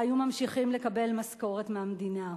ימשיכו לקבל משכורות מהמדינה.